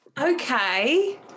Okay